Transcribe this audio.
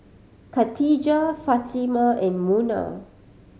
Katijah Fatimah and Munah